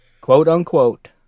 quote-unquote